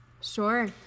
Sure